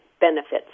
benefits